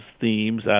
themes